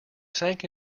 sank